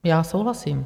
Já souhlasím.